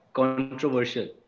controversial